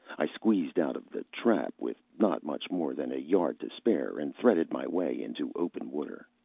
i squeezed out of the trap with not much more than a yard to spare and threaded my way into open water.